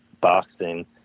boxing